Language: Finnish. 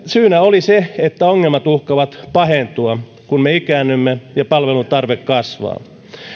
syynä oli se että ongelmat uhkaavat pahentua kun me ikäännymme ja palvelun tarve kasvaa